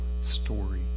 story